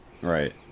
Right